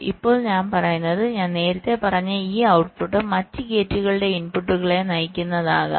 ഇപ്പോൾ ഞാൻ പറയുന്നത് ഞാൻ നേരത്തെ പറഞ്ഞ ഈ ഔട്ട്പുട്ട് മറ്റ് ഗേറ്റുകളുടെ ഇൻപുട്ടുകളെ നയിക്കുന്നതാകാം